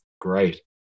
great